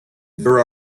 there